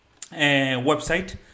website